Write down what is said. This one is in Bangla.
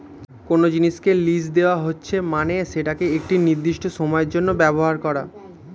কোনো জিনিসকে লীজ দেওয়া হচ্ছে মানে সেটাকে একটি নির্দিষ্ট সময়ের জন্য ব্যবহার করা